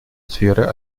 сферой